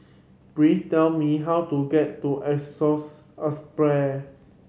please tell me how to get to Assisi